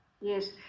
Yes